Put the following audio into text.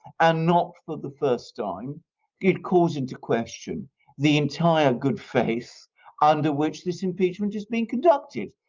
and not for the first time it calls into question the entire good faith under which this impeachment is being conducted.